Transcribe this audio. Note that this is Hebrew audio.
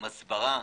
עם הסברה.